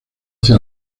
hacia